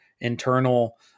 internal